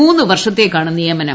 മൂന്നു വർഷത്തേക്കാണ് നിയമനം